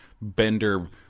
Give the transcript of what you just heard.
bender